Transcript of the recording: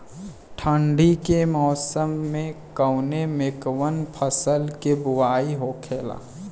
ठंडी के मौसम कवने मेंकवन फसल के बोवाई होखेला?